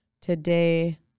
today